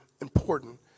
important